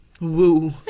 Woo